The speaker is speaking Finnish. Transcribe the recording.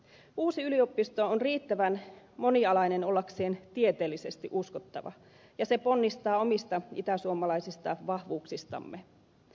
uusi yliopisto on riittävän monialainen ollakseen tieteellisesti uskottava ja se ponnistaa omista itäsuomalaisista vahvuuksistamme